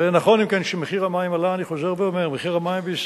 ונכון, אם כן, שמחיר המים עלה.